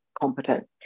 competent